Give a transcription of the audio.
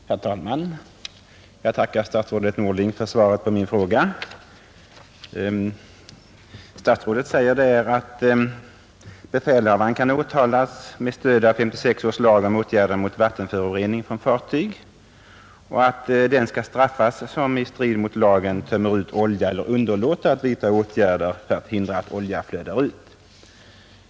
Herr talman! Jag tackar statsrådet Norling för svaret på min fråga. Statsrådet säger att befälhavare ”kan åtalas med stöd av 1956 års lag om åtgärder mot vattenförorening från fartyg” och att ”den skall straffas som i strid mot lagen tömmer ut olja eller underlåter att vidta åtgärd för att hindra att olja flödar ut”.